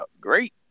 great